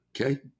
Okay